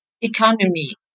economy